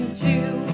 two